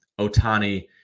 Otani